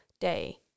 day